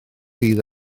fydd